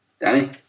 Danny